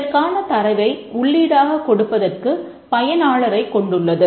இதற்கான தரவை உள்ளீடாகக் கொடுப்பதற்கு பயனாளரைக் கொண்டுள்ளது